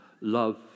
love